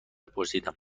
پرسیدم